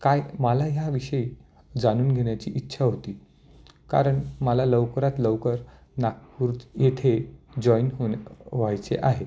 काय मला ह्या विषयी जाणून घेण्याची इच्छा होती कारण मला लवकरात लवकर नागपूर येथे जॉईन होणं व्हायचे आहे